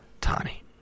tani